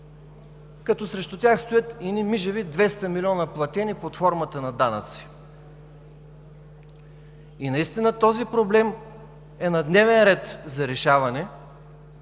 като срещу тях стоят едни мижави 200 милиона, платени под формата на данъци. Наистина този проблем е на дневен ред за решаване.